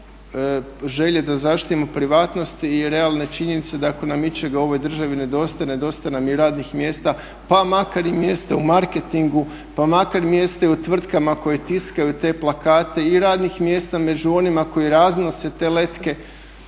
između želje da zaštitimo privatnost i realne činjenice da ako nam ičega u ovoj državni nedostaje, nedostaje nam i radnih mjesta pa makar i mjesta i u marketingu, pa makar mjesta i u tvrtkama koje tiskaju te plakate i radnih mjesta među onima koji raznose te letke